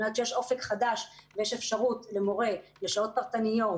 כשיש "אופק חדש" ויש אפשרות למורה לשעות פרטניות,